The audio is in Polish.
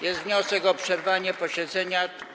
Jest wniosek o przerwanie posiedzenia.